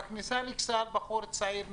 בכניסה לקסר בחור צעיר נהרג.